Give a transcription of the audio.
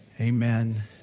amen